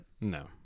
no